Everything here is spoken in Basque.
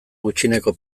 gutxieneko